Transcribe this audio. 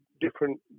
different